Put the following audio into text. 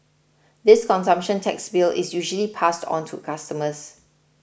this consumption tax bill is usually passed on to customers